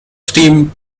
steam